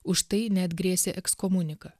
už tai net grėsė ekskomunika